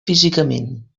físicament